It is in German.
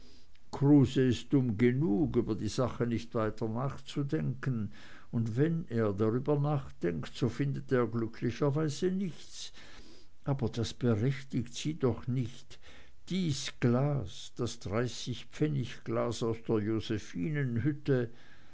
ist dumm genug über die sache nicht weiter nachzudenken und wenn er darüber nachdenkt so findet er glücklicherweise nichts aber das berechtigt sie doch nicht dies glas dies dreißigpfennigglas aus der